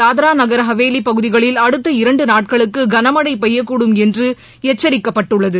தாத்ரா நகர்ஹவேலி பகுதிகளில் அடுத்த இரண்டு நாட்களுக்கு கனமழை பெய்யக்கூடும் என்று எச்சரிக்கப்பட்டுள்ளது